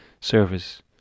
Service